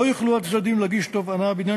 לא יוכלו הצדדים להגיש תובענה בעניין